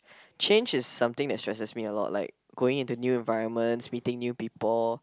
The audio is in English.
change is something that's stresses me a lot like going into new environment meeting new people